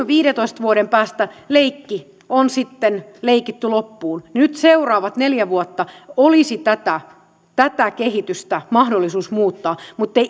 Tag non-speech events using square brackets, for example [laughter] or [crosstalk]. [unintelligible] viidentoista vuoden päästä leikki on sitten leikitty loppuun ja nyt seuraavat neljä vuotta olisi tätä tätä kehitystä mahdollisuus muuttaa mutta te